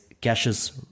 caches